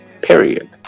period